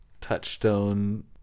touchstone